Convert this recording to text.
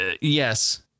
yes